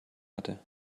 hatte